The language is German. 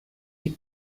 die